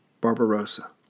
Barbarossa